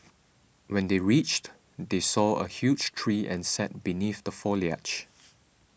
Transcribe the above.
when they reached they saw a huge tree and sat beneath the foliage